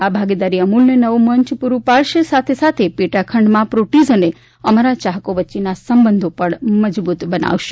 આ ભાગીદારી અમુલને નવુ મંચ પુરૂ પાડશે જ પણ સાથે સાથે પેટાખંડમાં પ્રોટીઝ અને અમારા ચાહકો વચ્ચેના સંબંધો પણ મજબુત બનાવશે